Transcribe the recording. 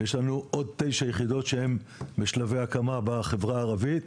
ויש לנו עוד תשע יחידות שהן בשלבי הקמה בחברה הערבית,